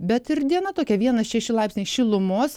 bet ir diena tokia vienas šeši laipsniai šilumos